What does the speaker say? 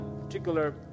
particular